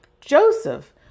Joseph